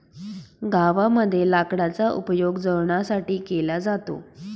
गावामध्ये लाकडाचा उपयोग जळणासाठी केला जातो